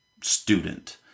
student